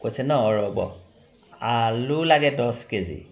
কৈছে ন ৰ'ব আলু লাগে দহ কে জি